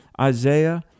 Isaiah